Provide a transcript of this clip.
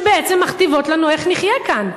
שבעצם מכתיבות לנו איך נחיה כאן.